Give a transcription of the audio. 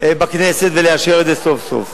ולאשר את זה סוף-סוף.